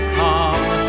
come